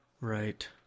Right